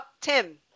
Tim